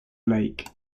lake